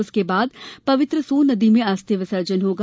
उसके बाद पवित्र सोननदी में अस्थि विसर्जन होगा